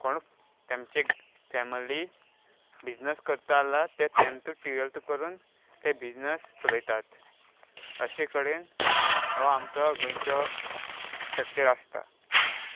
कोण तांचे family business करता जाला ते टँथ टुवेल्थ करून ते बिजनस चलयतात अशे कडेन हो आमचो गोंयचो स्ट्रक्चर आसता